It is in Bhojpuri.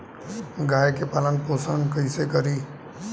गाय के पालन पोषण पोषण कैसे करी?